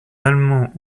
allemands